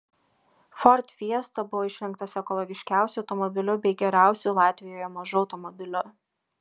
ford fiesta buvo išrinktas ekologiškiausiu automobiliu bei geriausiu latvijoje mažu automobiliu